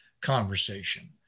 conversation